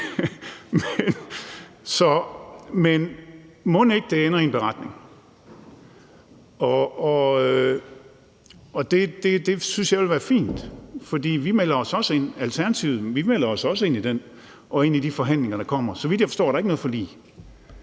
Men mon ikke det ender med en beretning. Det synes jeg ville være fint, for vi melder os i Alternativet også ind i den og i de forhandlinger, der kommer. Så vidt jeg forstår, er der ikke noget forlig